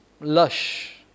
lush